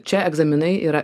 čia egzaminai yra